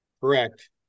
Correct